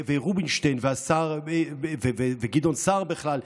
ורובינשטיין, והשר וגדעון סער בכלל.